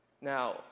Now